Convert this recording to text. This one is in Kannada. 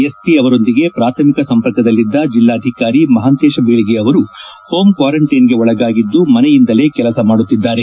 ಎಸ್ಪಿ ಅವರೊಂದಿಗೆ ಪ್ರಾಥಮಿಕ ಸಂಪರ್ಕದಲ್ಲಿದ್ದ ಜಿಲ್ಲಾಧಿಕಾರಿ ಮಹಾಂತೇಶ ಬೀಳಗಿ ಅವರು ಹೋಂ ಕ್ವಾರಂಟೈನ್ಗೆ ಒಳಗಾಗಿದ್ದು ಮನೆಯಿಂದಲೇ ಕೆಲಸ ಮಾಡುತ್ತಿದ್ದಾರೆ